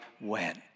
went